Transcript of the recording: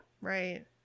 Right